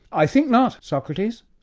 i think not, socrates.